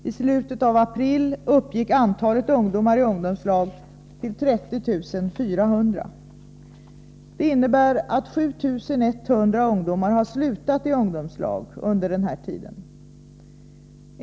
I slutet av april uppgick antalet ungdomar i ungdomslag till 30 400. Det innebär att 7 100 ungdomar har slutat i ungdomslag under den här tiden.